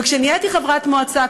וכשנהייתי חברת מועצה,